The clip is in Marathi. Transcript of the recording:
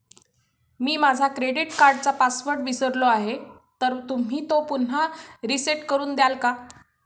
मी माझा क्रेडिट कार्डचा पासवर्ड विसरलो आहे तर तुम्ही तो पुन्हा रीसेट करून द्याल का?